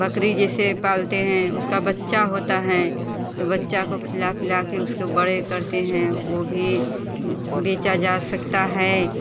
बकरी जैसे पालते हैं उसका बच्चा होता है तो बच्चा को खिला पीला के उसको बड़े करते हैं ओ भी बेचा जा सकता है